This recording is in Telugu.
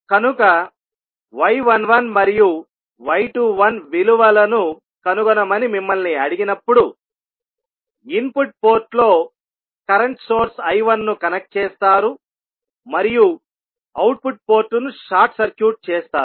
కనుక y11 మరియు y21 విలువలను కనుగొనమని మిమ్మల్ని అడిగినప్పుడు ఇన్పుట్ పోర్టులో కరెంట్ సోర్స్ I1 ను కనెక్ట్ చేస్తారు మరియు అవుట్పుట్ పోర్టును షార్ట్ సర్క్యూట్ చేస్తారు